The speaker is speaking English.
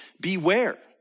beware